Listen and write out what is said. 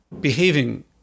behaving